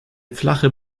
flache